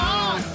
on